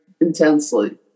intensely